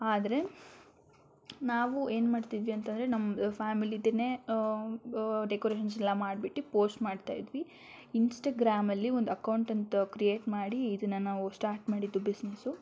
ಆದರೆ ನಾವು ಏನು ಮಾಡ್ತಿದ್ವಿ ಅಂತ ಅಂದರೆ ನಮ್ಮದು ಫ್ಯಾಮಿಲಿದ್ದೇ ಡೆಕೊರೇಶನ್ಸ್ ಎಲ್ಲ ಮಾಡ್ಬಿಟ್ಟು ಪೋಸ್ಟ್ ಮಾಡ್ತಾ ಇದ್ವಿ ಇನ್ಸ್ಟಗ್ರಾಮಲ್ಲಿ ಒಂದು ಅಕೌಂಟ್ ಅಂತ ಕ್ರಿಯೇಟ್ ಮಾಡಿ ಇದನ್ನ ನಾವು ಸ್ಟಾರ್ಟ್ ಮಾಡಿದ್ದು ಬಿಝ್ನೆಸ್ಸು